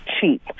Cheap